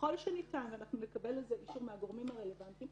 וככל שניתן אנחנו נקבל על זה אישור מהגורמים הרלוונטיים,